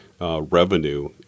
revenue